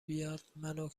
بیاد، منو